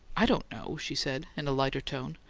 i don't know, she said, in a lighter tone.